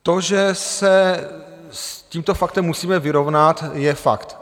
To, že se s tímto faktem musíme vyrovnat, je fakt.